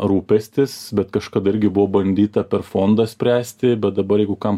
rūpestis bet kažkada irgi buvo bandyta per fondą spręsti bet dabar jeigu kam